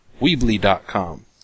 Weebly.com